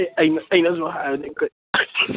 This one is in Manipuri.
ꯑꯦ ꯑꯩꯅꯁꯨ ꯍꯥꯏꯕꯅꯦ